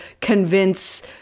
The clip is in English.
convince